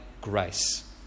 grace